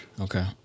okay